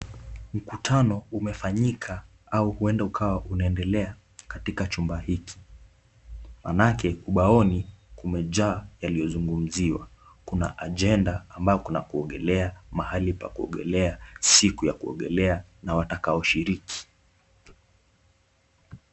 Mkutano umefanyika, au huenda ukawa unaendelea katika chumba hiki. Maanake ubaoni umejaa yaliyozungumziwa: kuna ajenda ambayo kuna kuongelea, mahali pa kuongelea, siku ya kuongelea, na watakaoshiriki.